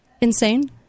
insane